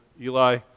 Eli